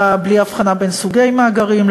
המידע בלי הבחנה בין סוגי מאגרים,